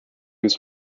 was